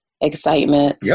excitement